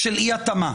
של אי-התאמה.